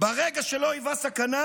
ברגע שלא היווה סכנה,